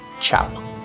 Ciao